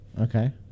Okay